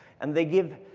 and they give